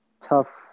Tough